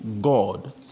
God